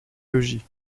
logis